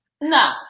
No